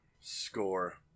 Score